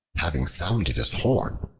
having sounded his horn,